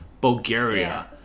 Bulgaria